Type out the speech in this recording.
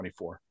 24